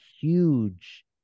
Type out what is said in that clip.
huge